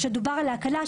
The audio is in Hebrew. שדובר על הקלה,